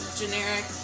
generic